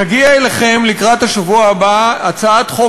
תגיע אליכם לקראת השבוע הבא הצעת חוק